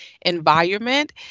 environment